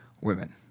women